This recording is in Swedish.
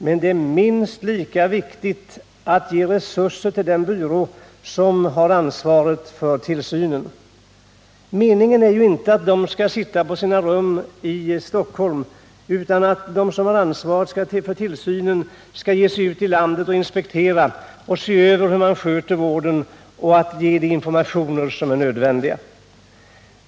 Men det är minst lika viktigt att den byrå som har ansvaret för tillsynen ges erforderliga resurser. Meningen är ju inte att de som ansvarar för tillsynen skall sitta på sina rum i Stockholm, utan meningen är att de skall ge sig ut i landet och inspektera och se över hur man sköter vården och att de skall ge de informationer som är nödvändiga.